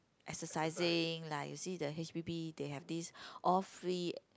exercising like you see the H_p_B they have these all free